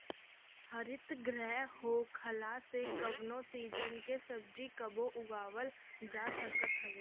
हरितगृह होखला से कवनो सीजन के सब्जी कबो उगावल जा सकत हवे